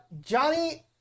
Johnny